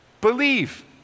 Believe